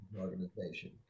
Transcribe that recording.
organization